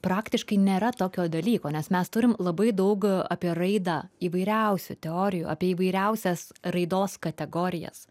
praktiškai nėra tokio dalyko nes mes turim labai daug apie raidą įvairiausių teorijų apie įvairiausias raidos kategorijas